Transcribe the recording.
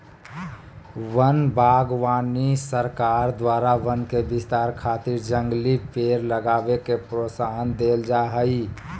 वन बागवानी सरकार द्वारा वन के विस्तार खातिर जंगली पेड़ लगावे के प्रोत्साहन देल जा हई